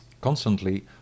constantly